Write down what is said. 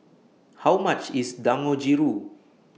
How much IS Dangojiru